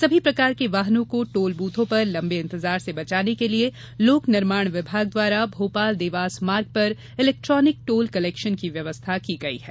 सभी प्रकार के वाहनों को टोल बूथों पर लंबे इंतजार से बचाने के लिये लोक निर्माण विभाग द्वारा भोपाल देवास मार्ग पर इलेक्ट्रॉनिक टोल कलेक्शन की व्यवस्था की गयी है